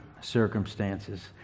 circumstances